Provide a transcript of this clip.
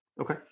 Okay